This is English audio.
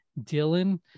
Dylan